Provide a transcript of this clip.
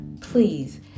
please